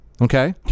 okay